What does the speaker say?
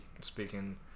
speaking